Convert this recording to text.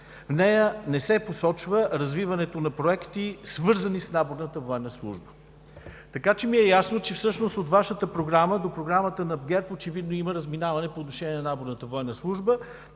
В нея не се посочва развиването на проекти, свързани с наборната военна служба. Ясно ми е, че всъщност от Вашата Програма до Програмата на ГЕРБ очевидно има разминаване по отношение на наборната военна служба.